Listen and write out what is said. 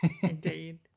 indeed